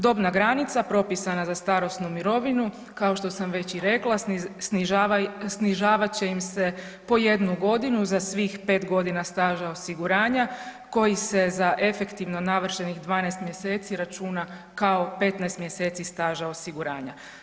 Dobna granica propisana za starosnu mirovinu kao što sam već i rekla snižavat će im se po jednu godinu za svih 5 godina staža osiguranja koji se za efektivno navršenih 12 mjeseci računa kao 15 mjeseci staža osiguranja.